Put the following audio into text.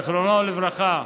זיכרונו לברכה,